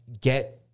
get